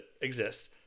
exists